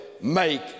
make